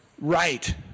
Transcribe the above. right